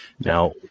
Now